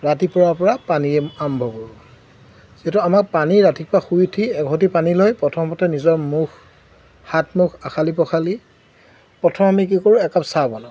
ৰাতিপুৱাৰ পৰা পানী আৰম্ভ কৰোঁ যিহেতু আমাক পানী ৰাতিপুৱা শুই উঠি এঘটি পানী লৈ প্ৰথমতে নিজৰ মুখ হাত মুখ আখালি পখালি প্ৰথম আমি কি কৰোঁ একাপ চাহ বনাওঁ